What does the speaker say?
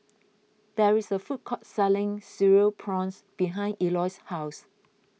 there is a food court selling Cereal Prawns behind Eloy's house